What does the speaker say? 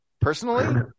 personally